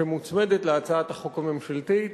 שמוצמדת להצעת החוק הממשלתית,